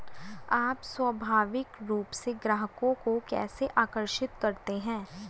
आप स्वाभाविक रूप से ग्राहकों को कैसे आकर्षित करते हैं?